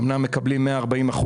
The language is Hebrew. אמנם מקבלים 140%,